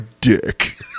dick